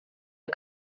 der